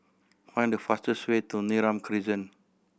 find the fastest way to Neram Crescent